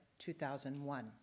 2001